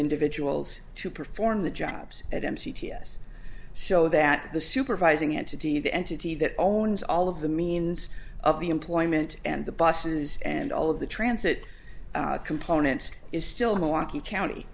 individuals to perform the jobs at mc ts so that the supervising entity the entity that owns all of the means of the employment and the buses and all of the transit components is still haunt the county